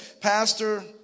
Pastor